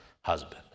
husband